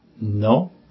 No